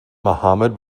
mohammad